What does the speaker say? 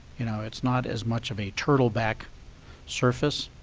you know it's not as much of a turtle back surface.